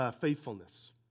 faithfulness